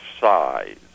size